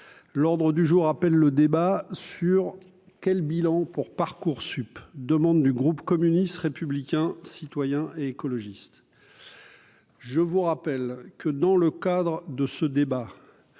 l'ordre du jour appelle le débat sur quel bilan pour Parcoursup demande du groupe communiste, républicain, citoyen et écologiste, je vous rappelle que dans le cadre de ce débat,